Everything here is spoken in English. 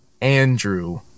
Andrew